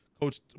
Coach